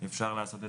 בוקר טוב.